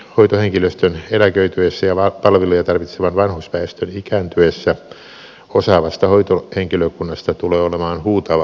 hoitohenkilöstön eläköityessä ja palveluja tarvitsevan vanhusväestön ikääntyessä osaavasta hoitohenkilökunnasta tulee olemaan huutava pula